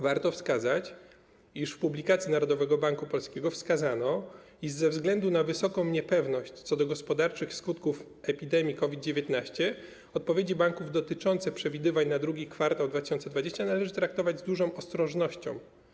Warto wskazać, iż w publikacji Narodowego Banku Polskiego wskazano, iż ze względu na wysoką niepewność co do gospodarczych skutków epidemii COVID-19 odpowiedzi banków dotyczące przewidywań na II kwartał 2020 r. należy traktować z dużą ostrożnością.